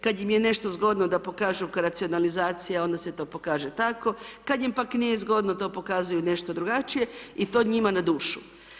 Kad im je nešto zgodno da pokažu kao racionalizacija, onda se to pokaže tako, kad im pak nije zgodno, to pokazuju nešto drugačije i to njima na dušu.